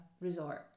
resort